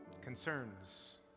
concerns